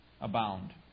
abound